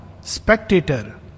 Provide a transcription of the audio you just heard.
spectator